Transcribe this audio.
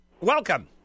Welcome